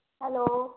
hello